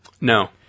No